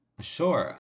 Sure